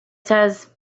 says